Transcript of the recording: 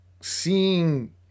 seeing